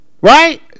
right